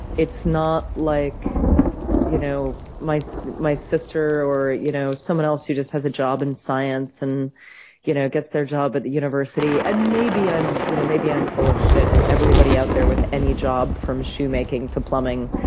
it's not like you know my my sister or you know someone else who just has a job in science and you know gets their job at the university. and maybe i'm you know maybe i'm full of shit, and everybody out there with any job, from shoemaking to plumbing,